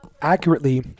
accurately